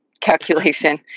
calculation